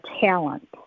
talent